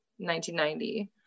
1990